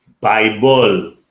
Bible